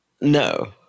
No